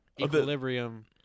equilibrium